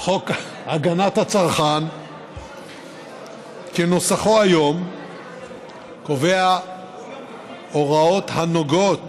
חוק הגנת הצרכן כנוסחו היום קובע הוראות הנוגעות